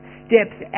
steps